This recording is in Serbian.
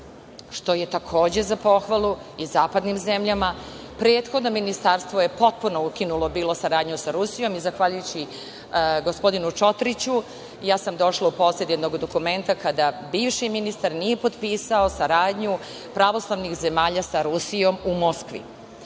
što je takođe za pohvalu i zapadnim zemljama. Prethodno ministarstvo je potpuno ukinulo bilo saradnju sa Rusijom i zahvaljujući gospodinu Čotriću, ja sam došla u posed jednog dokumenta, kada bivši ministar nije potpisao saradnju pravoslavnih zemalja sa Rusijom u Moskvi. Dakle